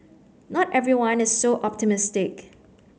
not everyone is so optimistic